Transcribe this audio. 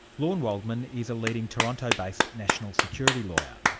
lorne waldman is a leading toronto-based national security lawyer.